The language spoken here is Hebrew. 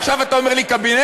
עכשיו אתה אומר לי קבינט?